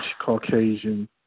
Caucasian